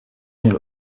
den